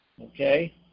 Okay